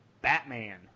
batman